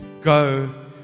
Go